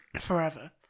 forever